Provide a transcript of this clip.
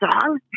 song